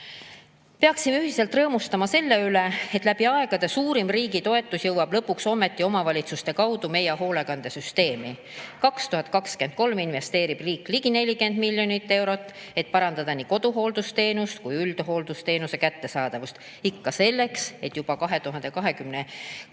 Peaksime ühiselt rõõmustama selle üle, et lõpuks ometi jõuab kõigi aegade suurim riigi toetus omavalitsuste kaudu meie hoolekandesüsteemi. 2023 investeerib riik ligi 40 miljonit eurot, et parandada nii koduhooldusteenuse kui üldhooldusteenuse kättesaadavust. Ikka selleks, et juba 2023.